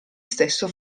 stesso